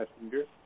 messenger